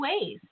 ways